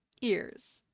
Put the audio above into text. ears